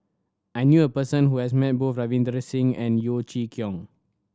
I knew a person who has met both Ravinder Singh and Yeo Chee Kiong